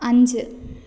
അഞ്ച്